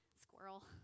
Squirrel